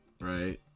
right